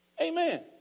Amen